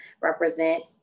represent